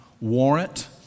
warrant